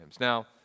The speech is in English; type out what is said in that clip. Now